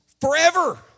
forever